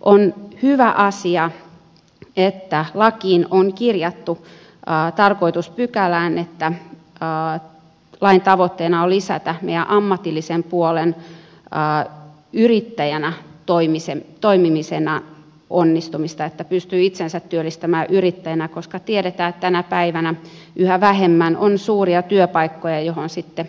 on hyvä asia että lakiin on kirjattu tarkoituspykälään että lain tavoitteena on lisätä meidän ammatillisen puolen yrittäjänä toimimisen onnistumista että pystyy itsensä työllistämään yrittäjänä koska tiedetään että tänä päivänä yhä vähemmän on suuria työpaikkoja joihin sitten